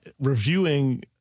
reviewing